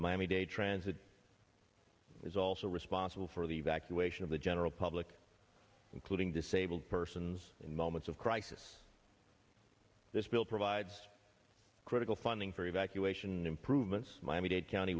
miami dade transit is also responsible for the evacuation of the general public including disabled persons in moments of crisis this bill provides critical funding for evacuation improvements miami dade county